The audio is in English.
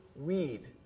weed